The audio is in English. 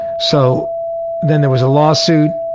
so then there was a law suit,